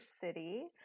city